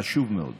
זה חשוב מאוד.